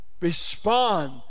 respond